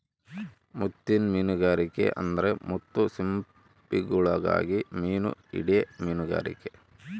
ಮುತ್ತಿನ್ ಮೀನುಗಾರಿಕೆ ಅಂದ್ರ ಮುತ್ತು ಸಿಂಪಿಗುಳುಗಾಗಿ ಮೀನು ಹಿಡೇ ಮೀನುಗಾರಿಕೆ